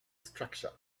structure